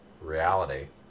reality